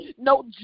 no